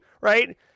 right